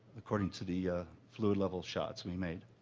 according to the fluid level shots we made.